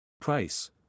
Price